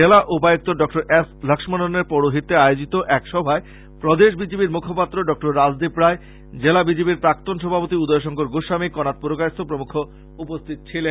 জেলা উপায়ুক্ত doctor S লক্ষ্মননের পৌরহিত্যে আয়োজিত এক সভায় প্রদেশ বিজেপির মুখপাত্র ডক্টর রাজদীপ রায় জেলা বিজেপির প্রাক্তন সভাপতি উদয় শংকর গোস্বামী কনাদ পুরকায়স্থ প্রমূখ উপস্থিত ছিলেন